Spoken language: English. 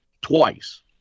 twice